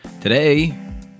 today